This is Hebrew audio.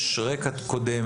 יש רקע קודם,